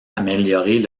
améliorer